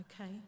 okay